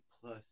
plus